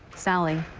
sally.